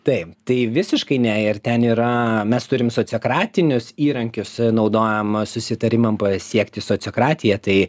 taip tai visiškai ne ir ten yra mes turim sociokratinius įrankius naudojam a susitarimam pasiekti sociokratiją tai